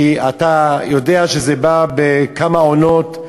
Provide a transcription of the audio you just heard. כי אתה יודע שזה בא בכמה עונות,